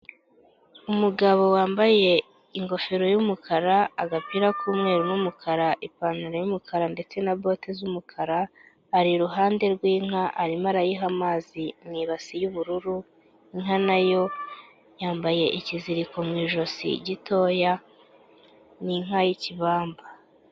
Umugabo wambaye ingofero y'umukara, agapira k'umweru n'umukara ipantaro y'umukara ndetse na bote z'umukara, ari iruhande rw'inka arimo arayiha amazi mu ibasi y'ubururu, inka nayo yambaye ikiziriko mu ijosi gitoya, ni inka y'ikibamba.